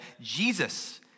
Jesus